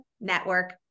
network